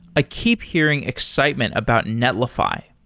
i keep hearing excitement about netlify.